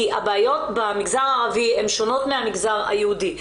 כי הבעיות במגזר הערבי הן שונות מהמגזר היהודי.